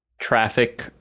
traffic